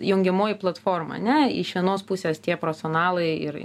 jungiamoji platforma ane iš vienos pusės tie profesionalai ir